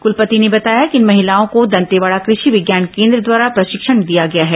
कलपति ने बताया कि इन महिलाओं को दंतेवाड़ा कृषि विज्ञान केन्द्र द्वारा प्रशिक्षण दिया गया है